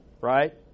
right